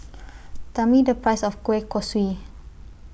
Tell Me The Price of Kueh Kosui